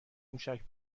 موشک